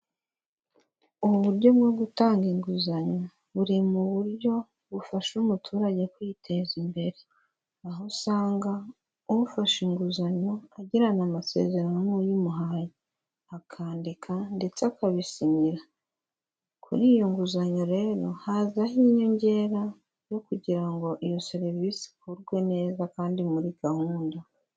Ubu buryo bwo gutanga inguzanyo buri mu buryo bufasha umuturage kwiteza imbere, aho usanga ufashe inguzanyo agirana amasezerano n'uyimuhaye akandika ndetse akabisinyira, kuri iyo nguzanyo rero hazaho inyongera yo kugira ngo iyo serivisi ikurwe neza kandi muri gahunda.